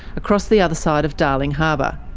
across the other side of darling harbour.